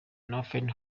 northern